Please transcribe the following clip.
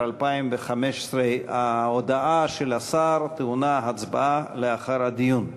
2015. ההודעה של השר טעונה הצבעה לאחר הדיון.